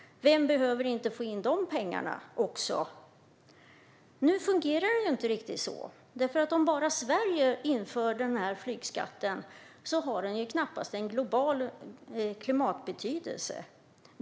Vem behöver inte få in de pengarna? Nu fungerar det inte riktigt så. Om bara Sverige inför flygskatten har den knappast en global klimatbetydelse.